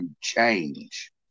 change